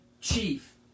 chief